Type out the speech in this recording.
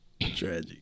tragic